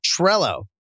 Trello